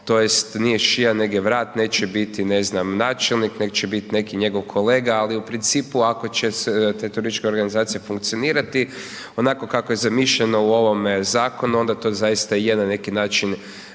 tj. nije šia nego je vrat, neće biti ne znam načelnik nego će biti neki njegov kolega. Ali u principu ako će te turističke organizacije funkcionirati onako kako je zamišljeno u ovome zakonu onda to zaista je na neki način